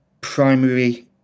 primary